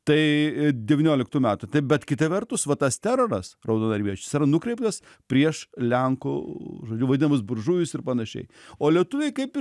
tai devynioliktų metų bet kita vertus va tas teroras raudonarmiečius ir nukreiptas prieš lenkų žodžiu vadinamus buržujus ir panašiai o lietuviai kaip ir